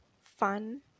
fun